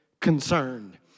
concerned